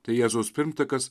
tai jėzaus pirmtakas